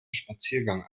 spaziergang